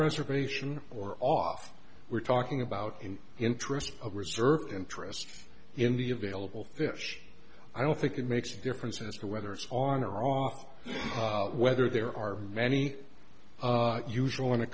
reservation or off we're talking about in the interest of reserve interest in the available fish i don't think it makes a difference as to whether it's on or off whether there are many usual when